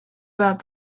about